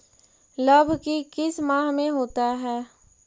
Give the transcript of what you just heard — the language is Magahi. लव की किस माह में होता है?